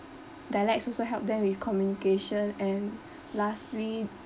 dialects also help them with communication and lastly